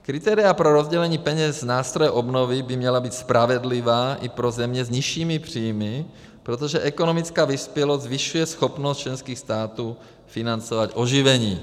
Kritéria pro rozdělení peněz z nástroje obnovy by měla být spravedlivá i pro země s nižšími příjmy, protože ekonomická vyspělost zvyšuje schopnost členských států financovat oživení.